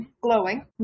glowing